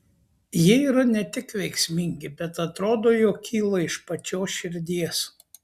jie yra ne tik veiksmingi bet atrodo jog kyla iš pačios širdies